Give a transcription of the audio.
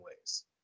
ways